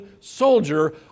soldier